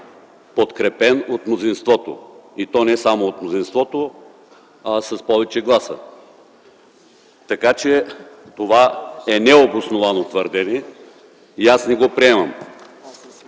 подкрепен от мнозинството, и то не само от мнозинството, но и с повече гласове. Така че това е необосновано твърдение и аз не го приемам.